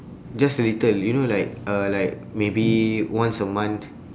just a little you know like uh like maybe once a month